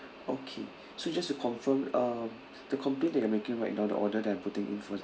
okay so just to confirm uh the complaint that you're making right now the order that I'm putting in for